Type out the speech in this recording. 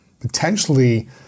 potentially